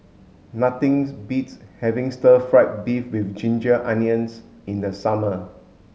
nothing beats having stir fried beef with ginger onions in the summer